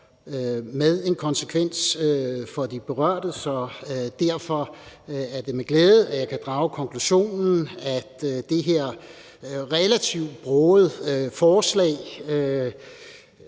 med konsekvenser for de berørte. Derfor er det med glæde, at jeg kan drage den konklusion, at der i det her relativt brogede forslag,